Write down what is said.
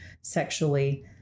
sexually